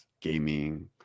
gaming